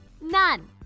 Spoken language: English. none